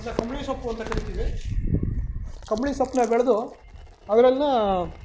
ಅದನ್ನ ಕಂಬಳಿ ಸೊಪ್ಪು ಅಂತ ಕರಿತೀವಿ ಕಂಬಳಿ ಸೊಪ್ಪನ್ನ ಬೆಳೆದು ಅದನ್ನ